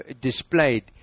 displayed